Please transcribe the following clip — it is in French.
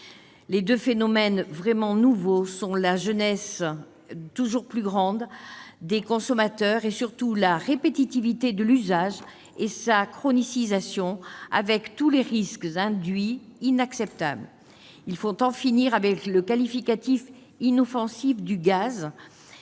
Les deux phénomènes vraiment nouveaux sont la jeunesse toujours plus grande des consommateurs, ainsi que la répétitivité de l'usage et sa chronicisation, avec tous les risques induits inacceptables. Il faut cesser de placer ce gaz